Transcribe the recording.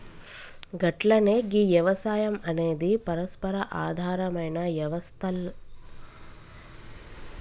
గట్లనే గీ యవసాయం అనేది పరస్పర ఆధారమైన యవస్తల్ల ప్రధానల వరసల ఉంటాది